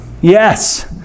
Yes